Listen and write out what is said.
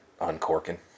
uncorking